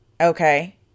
Okay